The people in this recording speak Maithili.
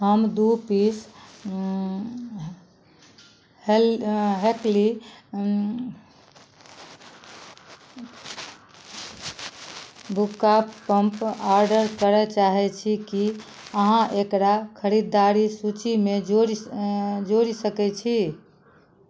हम दू पीस है हैक्ली बुक्काक पंप ऑर्डर करऽ चाहय छी की अहाँ एकरा खरीदारि सूचीमे जोड़ि जोड़ि सकय छी